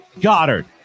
Goddard